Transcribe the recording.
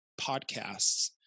podcasts